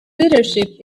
leadership